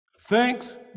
Thanks